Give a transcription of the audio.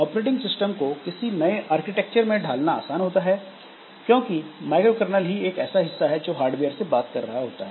operating system को किसी नए आर्किटेक्चर में ढालना आसान होता है क्योंकि माइक्रोकर्नल ही ऐसा हिस्सा है जो हार्डवेयर से बात कर रहा होता है